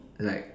like